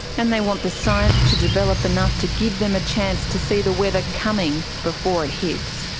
and they want the science to develop enough to give them a chance to see the weather coming before it hits,